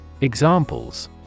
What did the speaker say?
Examples